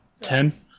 Ten